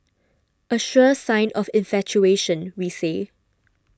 a sure sign of infatuation we say